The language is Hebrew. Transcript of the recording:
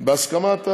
בהסכמת הממשלה,